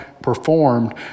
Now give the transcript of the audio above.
performed